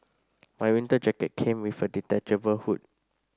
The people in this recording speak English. my winter jacket came with a detachable hood